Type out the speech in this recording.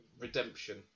redemption